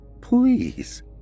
Please